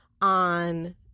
on